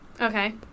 Okay